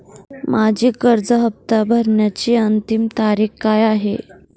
माझी कर्ज हफ्ता भरण्याची अंतिम तारीख काय आहे?